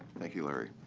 thank you, larry.